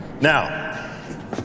Now